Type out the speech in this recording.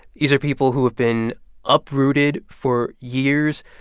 these are people who have been uprooted for years,